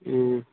ہوں